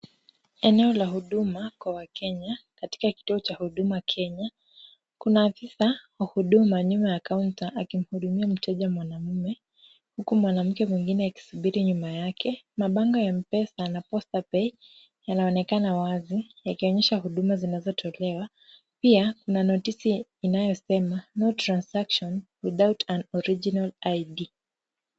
Eneo la huduma kwa wakenya, katika kituo cha huduma Kenya kuna afisa wa huduma nyuma ya counter akihudumia mteja mwanamume, huku mwanamke mwingine akisubiri nyuma yake, mabango ya M-Pesa na PostaPay yanaonekana wazi, yakionyesha huduma zinazotolewa. Pia, kuna notisi inayosema no transaction without an original ID.